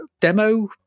demo